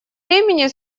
времени